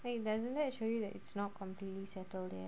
doesn't that show you that it's not completely settle there